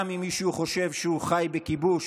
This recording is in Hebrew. גם אם מישהו חושב שהוא חי בכיבוש,